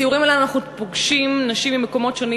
בסיורים האלה אנחנו פוגשים נשים ממקומות שונים